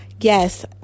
Yes